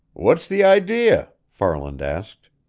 what's the idea? farland asked.